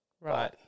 Right